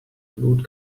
blut